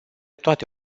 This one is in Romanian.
toate